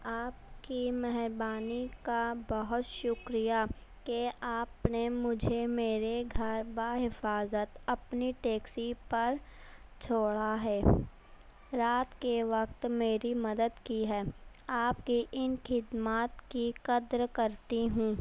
آپ کی مہربانی کا بہت شکریہ کہ آپ نے مجھے میرے گھر با حفاظت اپنی ٹیکسی پر چھوڑا ہے رات کے وقت میری مدد کی ہے آپ کی ان خدمات کی قدر کرتی ہوں